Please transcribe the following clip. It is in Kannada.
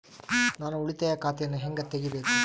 ನಾನು ಉಳಿತಾಯ ಖಾತೆಯನ್ನು ಹೆಂಗ್ ತಗಿಬೇಕು?